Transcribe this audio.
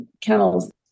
kennels